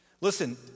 Listen